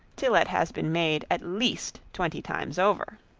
till it has been made at least twenty times over.